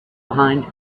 behind